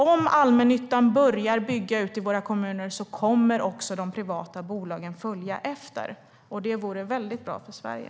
Om allmännyttan börjar bygga ute i våra kommuner kommer de privata bolagen att följa efter, och det vore väldigt bra för Sverige.